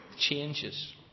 changes